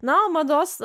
na o mados